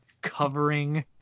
covering